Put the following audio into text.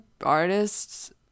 artists